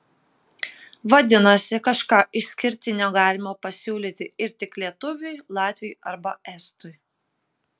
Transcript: vadinasi kažką išskirtinio galima pasiūlyti ir tik lietuviui latviui arba estui